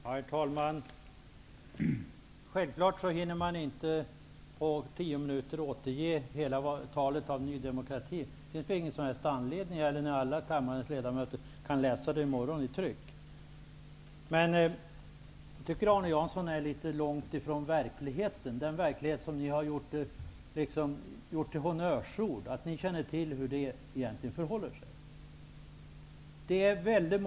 Herr talman! Självfallet hinner man inte på tio minuter återge varje detalj i ett helt anförande. Det finns inte heller någon som helst anledning till det, när alla kammarens ledamöter kan läsa det i morgon i trycket. Jag tycker att Arne Jansson är långt ifrån verkligheten, trots att det blivit något av ett honnörsord att ni vet hur det förhåller sig ute i verkligheten.